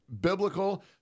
biblical